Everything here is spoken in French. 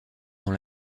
dans